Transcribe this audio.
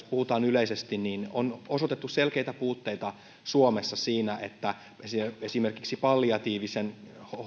puhutaan yleisesti saattohoidosta niin on osoitettu selkeitä puutteita suomessa siinä että esimerkiksi palliatiivisen